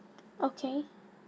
okay